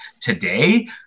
today